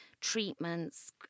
treatments